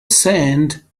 sand